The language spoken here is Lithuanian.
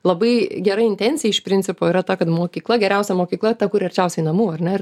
labai gera intencija iš principo yra ta kad mokykla geriausia mokykla ta kuri arčiausiai namų ar ne ir